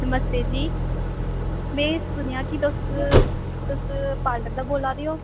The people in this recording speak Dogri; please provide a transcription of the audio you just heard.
नमस्ते जी में सुनेआ कि तुस तुस पार्लर दा बोल्ला दे ओ